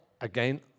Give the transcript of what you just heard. again